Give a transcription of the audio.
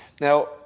Now